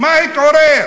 אלא מחריפה את הבעיה.